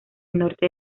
norte